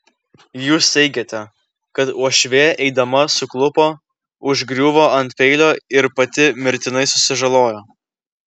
jūs teigiate kad uošvė eidama suklupo užgriuvo ant peilio ir pati mirtinai susižalojo